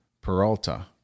Peralta